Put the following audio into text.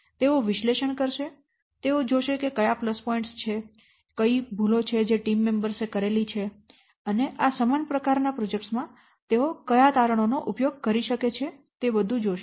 તેઓ વિશ્લેષણ કરશે તેઓ જોશે કે કયા પ્લસ પોઇન્ટ્સ છે ભૂલો ક્યા છે જે ટીમ મેમ્બર્સ એ કરેલી છે અને આ સમાન પ્રકાર ના પ્રોજેક્ટ્સ માં તેઓ કયા તારણો નો ઉપયોગ કરી શકે છે તે જોશે